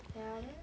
ya then